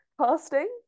Casting